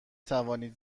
توانید